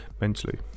mentally